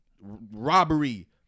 robbery